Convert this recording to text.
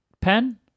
pen